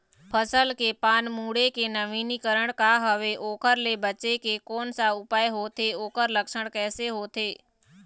फसल के पान मुड़े के नवीनीकरण का हवे ओकर ले बचे के कोन सा उपाय होथे ओकर लक्षण कैसे होथे?